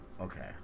Okay